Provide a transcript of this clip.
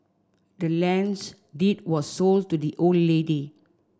the land's deed was sold to the old lady